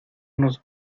nos